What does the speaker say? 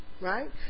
Right